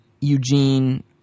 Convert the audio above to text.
Eugene